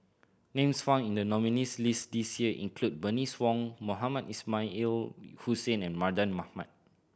names found in the nominees' list this year include Bernice Wong Mohamed Ismail Hussain and Mardan Mamat